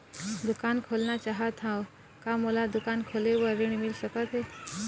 दुकान खोलना चाहत हाव, का मोला दुकान खोले बर ऋण मिल सकत हे?